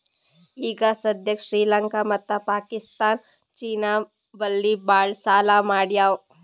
ಈಗ ಸದ್ಯಾಕ್ ಶ್ರೀಲಂಕಾ ಮತ್ತ ಪಾಕಿಸ್ತಾನ್ ಚೀನಾ ಬಲ್ಲಿ ಭಾಳ್ ಸಾಲಾ ಮಾಡ್ಯಾವ್